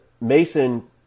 Mason